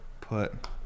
put